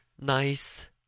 nice